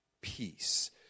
peace